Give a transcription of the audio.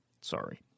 Sorry